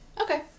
Okay